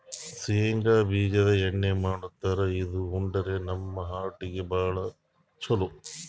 ಶೇಂಗಾ ಬಿಜಾದು ಎಣ್ಣಿ ಮಾಡ್ತಾರ್ ಇದು ಉಂಡ್ರ ನಮ್ ಹಾರ್ಟಿಗ್ ಭಾಳ್ ಛಲೋ